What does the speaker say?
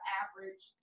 average